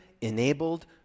enabled